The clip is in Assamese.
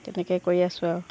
তেনেকৈ কৰি আছোঁ আৰু